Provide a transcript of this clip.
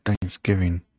Thanksgiving